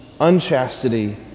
unchastity